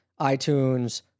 itunes